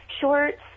shorts